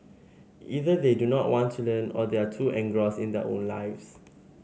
either they do not want to learn or they are too engrossed in their own lives